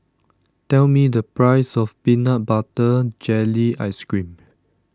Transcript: tell me the price of Peanut Butter Jelly Ice Cream